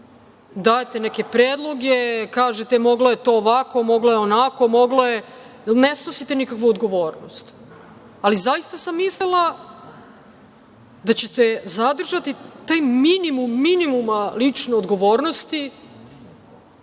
dajete neke predloge, kažete da je to moglo ovako, onako. Ne snosite nikakvu odgovornost. Ali, zaista sam mislila da ćete zadržati minimum minimuma lične odgovornosti